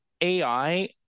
ai